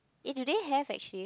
eh do they have actually